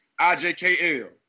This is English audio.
IJKL